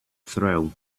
thrill